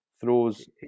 throws